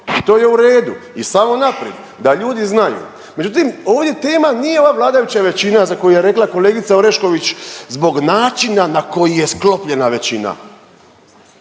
i to je u redu i samo naprijed da ljudi znaju. Međutim, ovdje tema nije ova vladajuća većina za koju je rekla kolegica Orešković zbog načina na koji je sklopljena većina,